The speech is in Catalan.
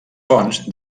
fonts